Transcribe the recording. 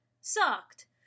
sucked